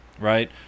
right